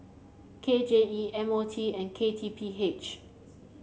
K J E M O T and K T P H